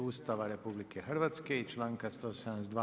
Ustava RH i članka 172.